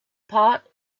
pot